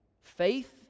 faith